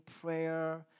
prayer